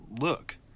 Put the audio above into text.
look